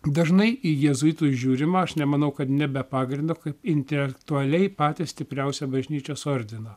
dažnai į jėzuitus žiūrima aš nemanau kad ne be pagrindo kaip intelektualiai patį stipriausią bažnyčios ordiną